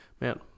Man